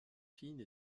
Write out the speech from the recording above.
fine